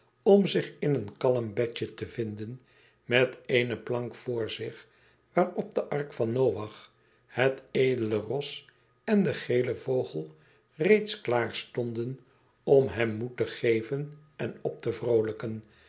om zich in een kalm bedje te vinden met eene plank voor zich waarop de ark van noach het edele ros en de gele vogel reeds klaarstonden om hem moed te geven en op te vroolijken